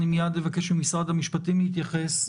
אני מיד אבקש ממשרד המשפטים להתייחס.